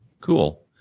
cool